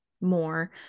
more